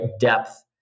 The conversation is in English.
Depth